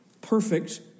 Perfect